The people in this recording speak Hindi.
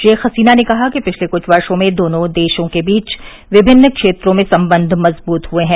शेख हसीना ने कहा कि पिछले कुछ वर्षों में दोनों देशों के बीच विमिन्न क्षेत्रों में संबंध मजबूत हुए हैं